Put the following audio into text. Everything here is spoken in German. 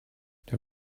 der